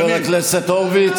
חבר הכנסת הורוביץ,